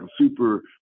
super